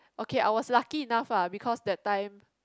okay I was lucky enough lah because that time